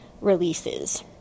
releases